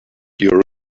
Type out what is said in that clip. your